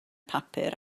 papur